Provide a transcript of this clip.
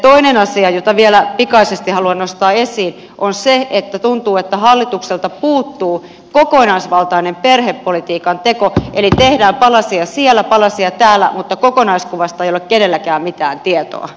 toinen asia jota vielä pikaisesti haluan nostaa esiin on se että tuntuu että hallitukselta puuttuu kokonaisvaltainen perhepolitiikan teko eli tehdään palasia siellä palasia täällä mutta kokonaiskuvasta ei ole kenelläkään mitään tietoa